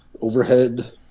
overhead